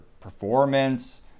performance